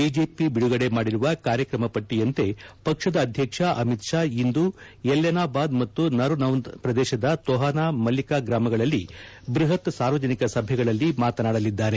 BJP ಬಿಡುಗಡೆ ಮಾಡಿರುವ ಕಾರ್ಯಕ್ರಮ ಪಟ್ಟಯಂತೆ ಪಕ್ಷದ ಅಧ್ಯಕ್ಷ ಅಮಿತ್ ಷಾ ಇಂದು ಎಲ್ಲೆನಾ ಬಾದ್ ಮತ್ತು ನರ್ನೌಂದ್ ಪ್ರದೇಶದ ತೋಹಾನ ಮಲ್ಲಿಕಾ ಗ್ರಾಮಗಳಲ್ಲಿ ಬೃಹತ್ ಸಾರ್ವಜನಿಕ ಸಭೆಗಳಲ್ಲಿ ಮಾತನಾಡಲಿದ್ದಾರೆ